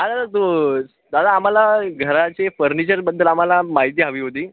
हां दादा तू दादा आम्हाला घराचे फर्निचरबद्दल आम्हाला माहिती हवी होती